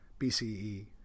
BCE